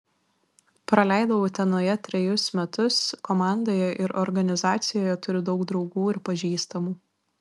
praleidau utenoje trejus metus komandoje ir organizacijoje turiu daug draugų ir pažįstamų